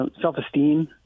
self-esteem